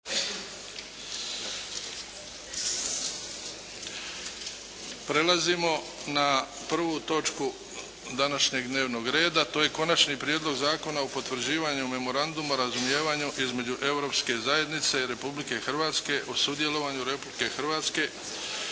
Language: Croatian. **Bebić, Luka (HDZ)** Idemo na Konačni prijedlog zakona o potvrđivanju Memoranduma o razumijevanju između Europske zajednice Republike Hrvatske o sudjelovanju Republike Hrvatske